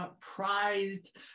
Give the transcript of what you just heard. prized